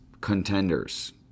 contenders